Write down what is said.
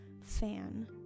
fan